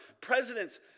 Presidents